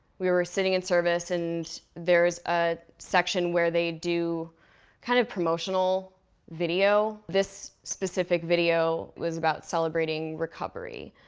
we were sitting in service and there's a section where they do kind of promotional video. this specific video was about celebrating recovery.